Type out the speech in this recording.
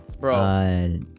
bro